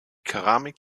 keramik